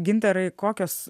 gintarai kokios